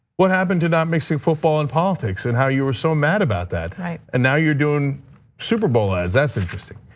what happened to not mixing football and politics and how you were so mad about that? right. and now you're doing superbowl ads, that's interesting.